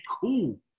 cool